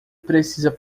precisa